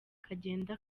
kagenda